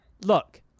look